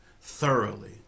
thoroughly